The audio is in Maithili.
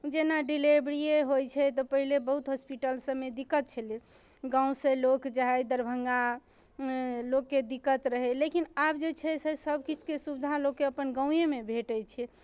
जेना डीलेवरिये होइ छै तऽ पहिले बहुत होस्पिटल सबमे दिक्कत छलै गाँवसँ लोक जाइ दरभंगा लोकके दिक्कत रहै लेकिन आब जे छै से सब किछुके सुविधा लोकके अपन गाँवेमे भेटै छै